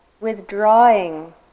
withdrawing